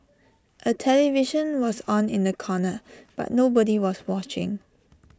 A television was on in the corner but nobody was watching